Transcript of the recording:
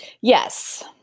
Yes